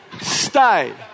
stay